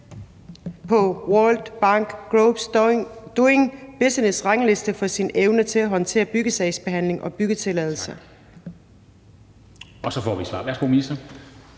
The World Bank Group's Doing Business' rangliste for vores evne til at håndtere byggesagsbehandling og byggetilladelser. Kl. 13:11 Formanden